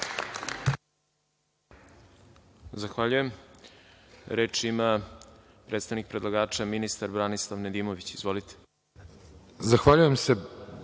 Zahvaljujem. Reč ima predstavnik predlagača, ministar Mladen Šarčević. Izvolite.